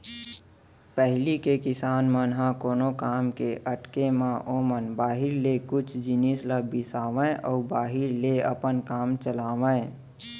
पहिली के किसान मन ह कोनो काम के अटके म ओमन बाहिर ले कुछ जिनिस ल बिसावय अउ बाहिर ले अपन काम चलावयँ